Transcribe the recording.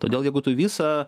todėl jeigu tu visą